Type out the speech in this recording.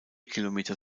kilometer